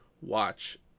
watch